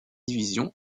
division